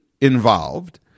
involved